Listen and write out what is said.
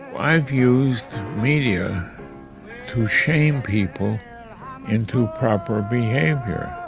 i've used media to shame people into proper behavior.